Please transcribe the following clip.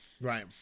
right